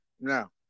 now